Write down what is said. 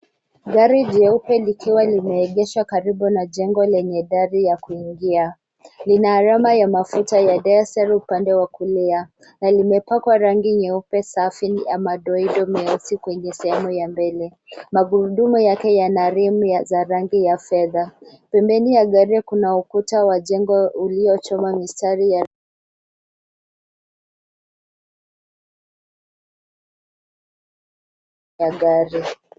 Gari jeupe likiwa limeegeshwa karibu na jengo lenye dari ya kuingia. Lina alama ya mafuta ya diesel upande wa kulia. Na limepakwa rangi nyeupe safi ya madoido meusi kwenye sehemu ya mbele. Magurudumu yake yana rimu za rangi ya fedha. Pembeni ya gari kuna ukuta wa jengo uliochorwa mistari ya gari.